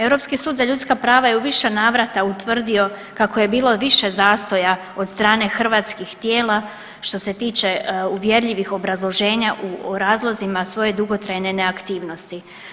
Europski sud za ljudska prava je u više navrata utvrdio kako je bilo više zastoja od strane hrvatskih tijela, što se tiče uvjerljivih obrazloženja o razlozima svoje dugotrajne neaktivnosti.